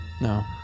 No